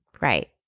right